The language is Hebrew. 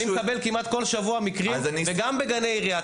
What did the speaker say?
אני מקבל כמעט כל שבוע מקרים וגם בגני עירייה.